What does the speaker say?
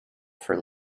for